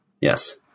Yes